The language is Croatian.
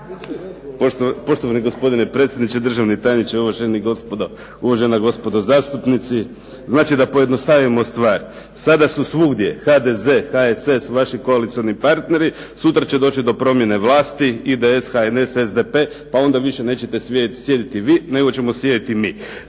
Poštovani gospodine predsjedniče, uvažena gospodo zastupnici. Znači da pojednostavimo stvar sada su svugdje HDZ, HSS vaši koalicioni partneri sutra će doći do primjene vlasti, IDS, HNS, SDP pa onda nećete više sjediti vi nego ćemo sjediti mi.